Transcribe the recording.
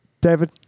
David